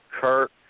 Kurt